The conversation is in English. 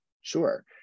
Sure